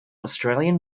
australian